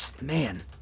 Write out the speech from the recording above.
Man